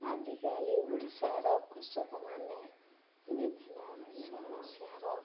ଆଜିକାଲି ଓଡ଼ିଶାର କୃଷକମାନେ ବିଭିନ୍ନ ସମସ୍ୟାର